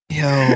yo